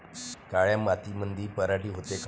काळ्या मातीमंदी पराटी होते का?